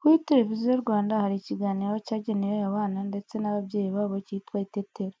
Kuri Televiziyo Rwanda hari ikiganiro cyagenewe abana ndetse n'ababyeyi babo cyitwa Itetero.